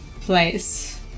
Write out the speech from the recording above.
place